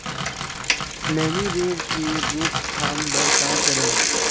मैनी रोग के रोक थाम बर का करन?